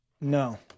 No